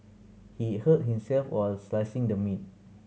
he hurt himself while slicing the meat